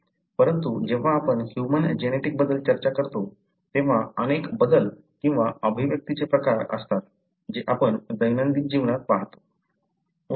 परंतु जेव्हा आपण ह्यूमन जेनेटिक बद्दल चर्चा करतो तेव्हा अनेक बदल किंवा अभिव्यक्तीचे प्रकार असतात जे आपण दैनंदिन जीवनात पाहतो